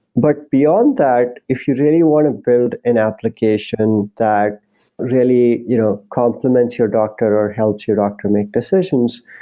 but beyond that, if you really want to build an application that really you know complements your doctor or helps your doctor make decisions,